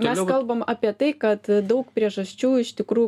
mes kalbam apie tai kad daug priežasčių iš tikrų